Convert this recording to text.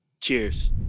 Cheers